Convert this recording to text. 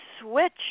switch